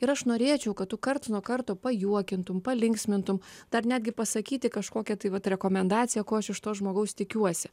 ir aš norėčiau kad tu karts nuo karto prajuokintum palinksmintum dar netgi pasakyti kažkokią tai vat rekomendaciją ko aš iš to žmogaus tikiuosi